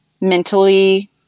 mentally